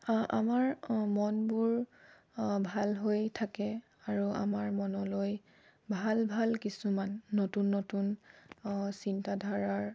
আমাৰ মনবোৰ ভাল হৈ থাকে আৰু আমাৰ মনলৈ ভাল ভাল কিছুমান নতুন নতুন চিন্তাধাৰাৰ